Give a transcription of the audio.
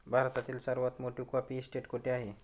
भारतातील सर्वात मोठी कॉफी इस्टेट कुठे आहे?